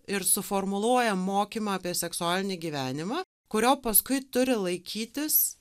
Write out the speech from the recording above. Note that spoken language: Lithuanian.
ir suformuluoja mokymą apie seksualinį gyvenimą kurio paskui turi laikytis